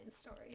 story